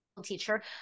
teacher